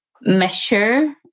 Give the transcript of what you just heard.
measure